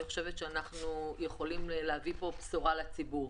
אני חושבת שאנחנו יכולים להביא פה בשורה לציבור.